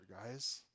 guys